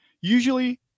usually